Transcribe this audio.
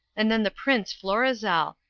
and then the prince flor izel,